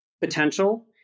potential